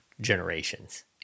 generations